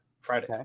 Friday